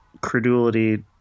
credulity